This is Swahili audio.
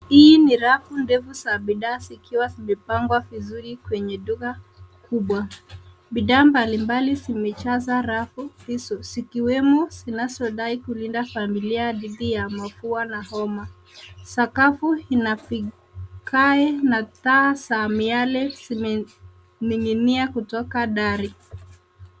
Hii ni rafu ndefu za bidhaa zikiwa zimepangwa vizuri kwenye duka kubwa. Bidhaa mbalimbali zimejaza rafu hizo zikiwemo kinachodai kulinda familia dhidi ya mafua na homa. Sakafu ina vigae na taa za miale kutoka dari.